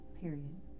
Period